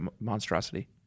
monstrosity